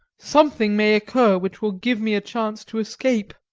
something may occur which will give me a chance to escape.